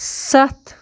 سَتھ